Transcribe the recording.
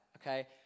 okay